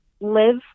live